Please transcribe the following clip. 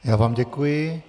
Já vám děkuji.